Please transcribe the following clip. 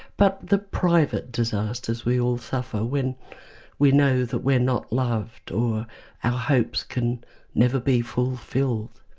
but the private disasters we all suffer when we know that we're not loved or our hopes can never be fulfilled.